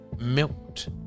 milked